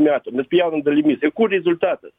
metų mes pjaunam dalimis ir kur rezultatas